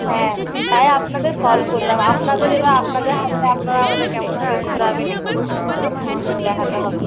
হ্যাঁ তাই আপনাদের কল করলাম আপনাদের এবার আপনাদের হাতে আপনারা আমাদের কেমনভাবে ঘোরাবেন একটু ভালো করে দেখাতে হবে